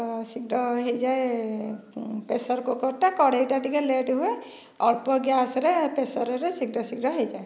ଶୀଘ୍ର ହୋଇଯାଏ ପ୍ରେସର କୁକରଟା କଡ଼େଇଟା ଟିକିଏ ଲେଟ ହୁଏ ଅଳ୍ପ ଗ୍ୟାସ୍ ରେ ପ୍ରେସରରେ ଶୀଘ୍ର ଶୀଘ୍ର ହୋଇଯାଏ